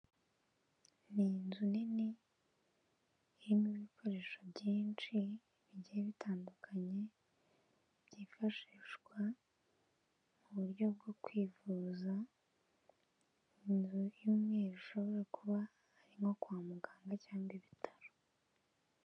Ni inzu nini, irimo ibikoresho byinshi bigiye bitandukanye, byifashishwa mu buryo bwo kwivuza, inzu y'umweru ishobora kuba ari nko kwa muganga cyangwa ibitaro.